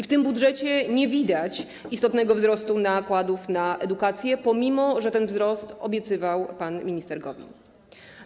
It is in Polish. W tym budżecie nie widać istotnego wzrostu nakładów na edukację, pomimo że ten wzrost obiecywał pan minister Gowin.